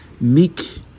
meek